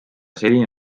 selline